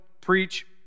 preach